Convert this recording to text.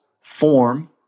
form